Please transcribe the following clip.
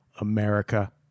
America